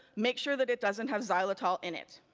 make sure that it doesn't have xylitol in it.